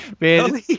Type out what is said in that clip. Man